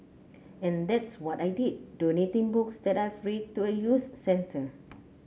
in that's what I did donating books that I've read to a youth centre